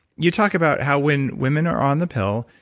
you talk about how when women are on the pill,